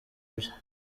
bye